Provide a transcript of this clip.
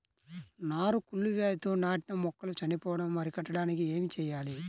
నారు కుళ్ళు వ్యాధితో నాటిన మొక్కలు చనిపోవడం అరికట్టడానికి ఏమి చేయాలి?